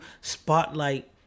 spotlight